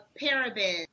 parabens